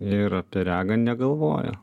ir apie regą negalvojo